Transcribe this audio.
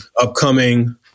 upcoming